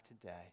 today